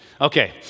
Okay